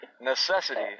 necessity